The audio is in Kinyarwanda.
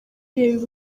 reba